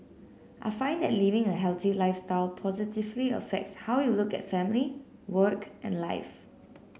I find that living a healthy lifestyle positively affects how you look at family work and life